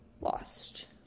lost